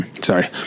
sorry